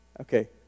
Okay